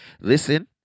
listen